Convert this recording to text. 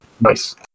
Nice